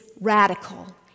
radical